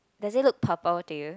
does it look purple to you